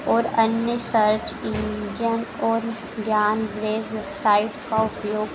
और अन्य search engine और ज्ञान वेव वेबसाइट का उपयोग